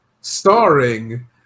Starring